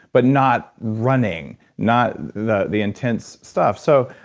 but not running. not the the intense stuff. so,